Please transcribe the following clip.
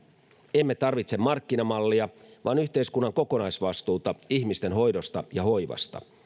emme tarvitse markkinamallia vaan yhteiskunnan kokonaisvastuuta ihmisten hoidosta ja hoivasta